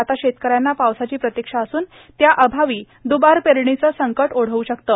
आता शेतकऱ्याना पावसाची प्रतीक्षा असून त्या अभावी दुबार पेरणीचं संकट ओढवू शकतं